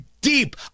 deep